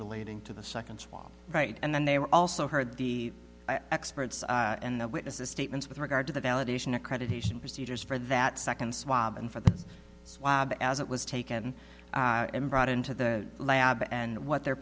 relating to the second swap right and then they were also heard the experts and the witnesses statements with regard to the validation accreditation procedures for that second swab and for the swab as it was taken and brought into the lab and what their